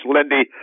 Lindy